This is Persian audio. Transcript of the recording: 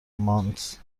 مانتس